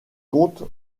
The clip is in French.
compte